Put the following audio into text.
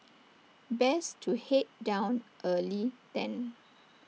best to Head down early then